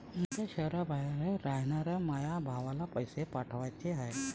माया शैहराबाहेर रायनाऱ्या माया भावाला पैसे पाठवाचे हाय